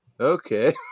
okay